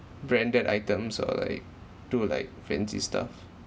branded items or like do like fancy stuff